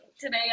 today